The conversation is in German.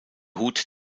hut